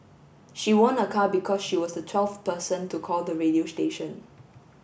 she won a car because she was the twelfth person to call the radio station